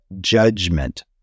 judgment